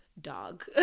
dog